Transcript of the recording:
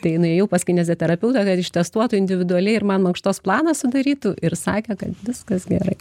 tai nuėjau pas kineziterapeutą kad ištestuotų individualiai ir mankštos planą sudarytų ir sakė kad viskas gerai